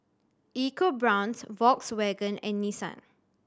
EcoBrown's Volkswagen and Nissan